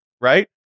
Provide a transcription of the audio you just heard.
right